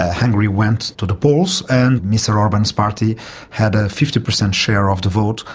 ah hungary went to the polls and mr orban's party had a fifty percent share of the vote,